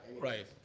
Right